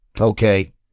okay